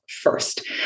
first